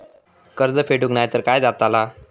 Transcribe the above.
कर्ज फेडूक नाय तर काय जाताला?